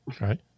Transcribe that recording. Right